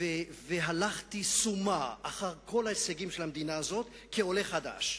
והלכתי סומא אחר כל ההישגים של המדינה הזאת כעולה חדש.